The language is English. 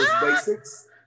basics